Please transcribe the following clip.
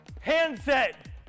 Handset